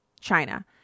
China